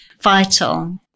vital